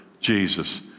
Jesus